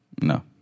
No